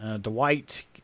Dwight